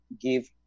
give